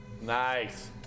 Nice